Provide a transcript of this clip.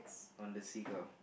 on the seagull